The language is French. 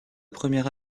première